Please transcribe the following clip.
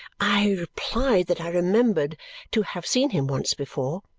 i replied that i remembered to have seen him once before.